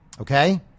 Okay